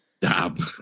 dab